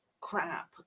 crap